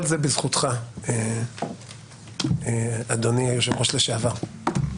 כל זה בזכותך, אדוני היושב-ראש לשעבר.